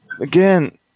Again